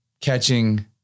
catching